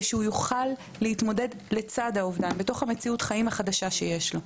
שהוא יוכל להתמודד לצד האובדן בתוך מציאות החיים החדשה שיש לו.